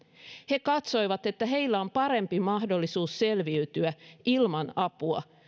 he katsoivat että heillä on parempi mahdollisuus selviytyä ilman apua